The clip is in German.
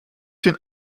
den